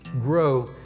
grow